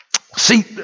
See